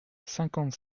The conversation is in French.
cinquante